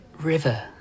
River